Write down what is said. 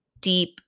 deep